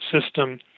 system